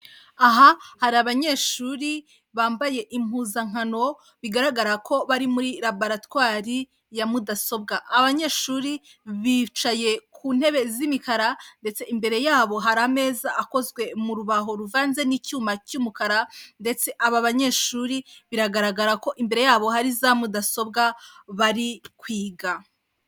Aha hari abanyeshuri bambaye impuzankano, bigaragara ko bari muri rabaratwari ya mudasobwa. Abanyeshuri bicaye ku ntebe z'imikara ndetse imbere yabo hari ameza akozwe mu rubaho ruvanze n'icyuma cy'umukara ndetse aba banyeshuri biragaragara ko imbere yabo hari za mudasobwa bari kwiga.